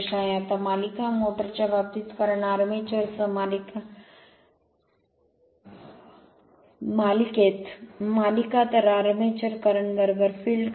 आता मालिका मोटर च्या बाबतीत कारण आर्मेचर सह मालिकेत मालिका तर आर्मेचर करंट फिल्ड करंट